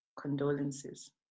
condolences